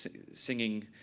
so singing